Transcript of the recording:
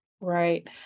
right